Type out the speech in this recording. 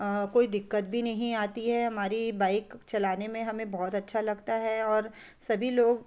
कोई दिक़्क़त भी नहीं आती है हमारी बाइक चलाने में हमें बहुत अच्छा लगता है और सभी लोग